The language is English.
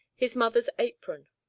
his mother's apron,